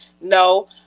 No